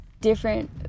different